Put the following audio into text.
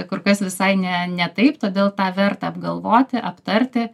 kur kas visai ne ne taip todėl tą verta apgalvoti aptarti